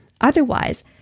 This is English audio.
Otherwise